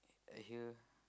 I hear